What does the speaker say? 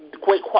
great